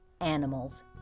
animals